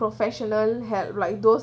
professional help like those